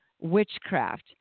witchcraft